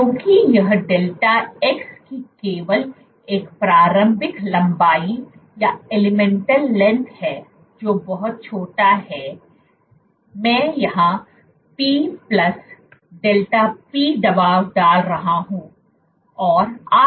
इसलिए क्योंकि यह डेल्टा x की केवल एक प्रारंभिक लंबाई है जो बहुत छोटा है मैं यहाँ p δp दबाव डाल रहा हूं